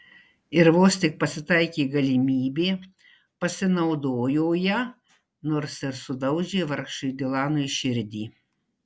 ir vos tik pasitaikė galimybė pasinaudojo ja nors ir sudaužė vargšui dilanui širdį